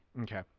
Okay